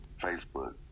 Facebook